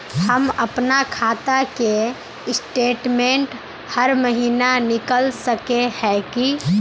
हम अपना खाता के स्टेटमेंट हर महीना निकल सके है की?